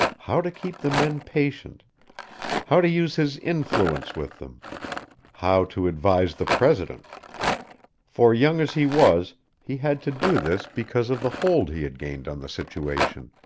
how to keep the men patient how to use his influence with them how to advise the president for young as he was he had to do this because of the hold he had gained on the situation